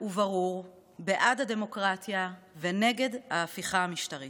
וברור בעד הדמוקרטיה ונגד ההפיכה המשטרית.